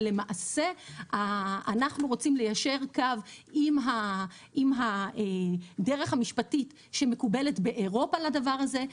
ולמעשה אנחנו רוצים ליישר קו עם הדרך המשפטית שמקובלת באירופה לדבר הזה.